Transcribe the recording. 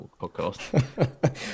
podcast